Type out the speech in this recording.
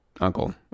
uncle